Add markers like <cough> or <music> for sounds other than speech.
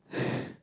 <laughs>